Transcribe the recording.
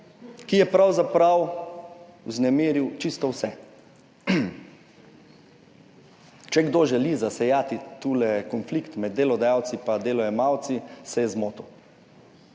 ki je pravzaprav vznemiril čisto vse. Če kdo želi zasejati tule konflikt med delodajalci pa delojemalci, se je zmotil.